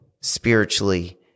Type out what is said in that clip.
spiritually